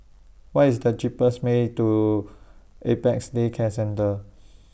What IS The cheapest Way to Apex Day Care Centre